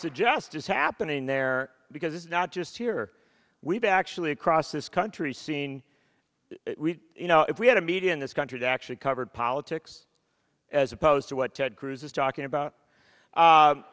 suggest is happening there because it's not just here we've actually across this country seeing you know if we had a media in this country that actually covered politics as opposed to what ted cruz is talking about